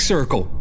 Circle